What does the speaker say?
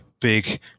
big